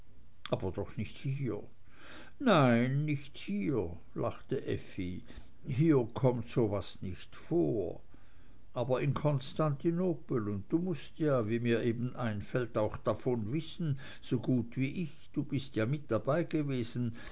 aber doch nicht hier nein nicht hier lachte effi hier kommt sowas nicht vor aber in konstantinopel und du mußt ja wie mir eben einfällt auch davon wissen so gut wie ich du bist ja mit